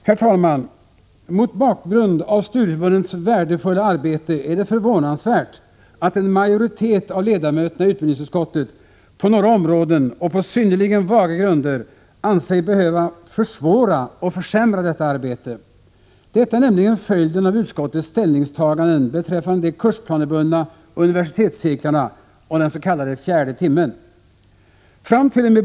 Herr talman! Mot bakgrund av studieförbundens värdefulla arbete är det förvånansvärt att en majoritet av ledamöterna i utbildningsutskottet på några områden och på synnerligen vaga grunder anser sig behöva försvåra och försämra detta arbete. Det är nämligen följden av utskottets ställningstaganden beträffande de kursplanebundna universitetscirklarna och den s.k. fjärde timmen.